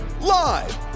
live